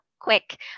Quick